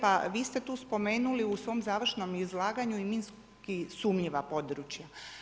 Pa vi ste spomenuli u svom završnom izlaganju i minski sumnjiva područja.